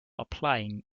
applying